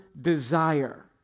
desire